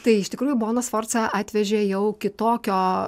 tai iš tikrųjų bona sforca atvežė jau kitokio